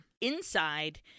Inside